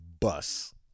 Bus